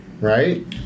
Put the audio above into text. Right